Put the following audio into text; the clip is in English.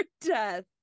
death